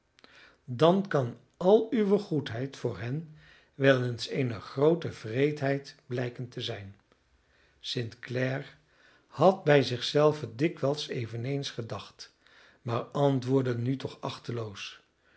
dan kan al uwe goedheid voor hen wel eens eene groote wreedheid blijken te zijn st clare had bij zich zelven dikwijls eveneens gedacht maar antwoordde nu toch achteloos